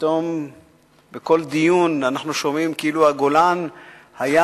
שפתאום בכל דיון אנחנו שומעים כאילו הגולן היה